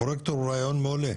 הפרויקטור הוא רעיון מעולה,